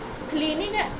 Cleaning